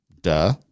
duh